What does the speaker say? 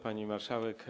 Pani Marszałek!